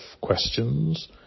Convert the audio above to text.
questions